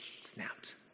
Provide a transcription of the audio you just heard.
snapped